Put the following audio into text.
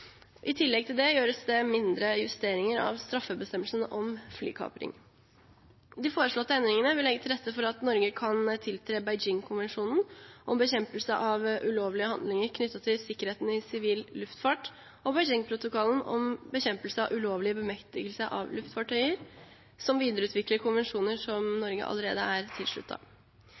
I tillegg gjøres mindre justeringer av straffebestemmelsen om flykapring. De foreslåtte endringene vil legge til rette for at Norge kan tiltre Beijingkonvensjonen om bekjempelse av ulovlige handlinger knyttet til sikkerheten i sivil luftfart og Beijingprotokollen om bekjempelse av ulovlig bemektigelse av luftfartøyer, som videreutvikler konvensjoner som Norge allerede er